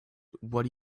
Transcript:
what